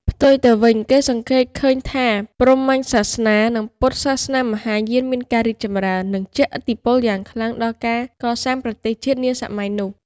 ផ្ទុយទៅវិញ គេសង្កេតឃើញថា ព្រហ្មញ្ញសាសនា និងពុទ្ធសាសនាមហាយានមានការរីកចម្រើន និងជះឥទ្ធិពលយ៉ាងខ្លាំងដល់ការកសាងប្រទេសជាតិនាសម័យនោះ។